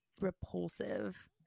repulsive